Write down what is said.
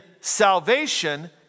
salvation